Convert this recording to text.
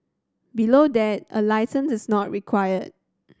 below that a licence is not required